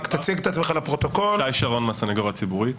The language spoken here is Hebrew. הסניגוריה הציבורית.